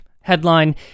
Headline